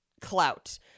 clout